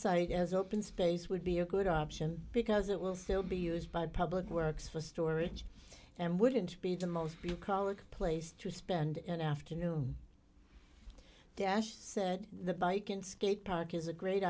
site as open space would be a good option because it will still be used by public works for storage and wouldn't be the most colic place to spend an afternoon dash said the bike in skate park is a great